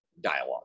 dialogue